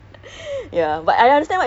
ya tak perasan lah